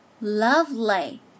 lovely